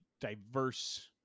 diverse